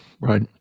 right